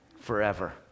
forever